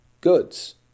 goods